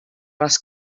les